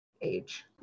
age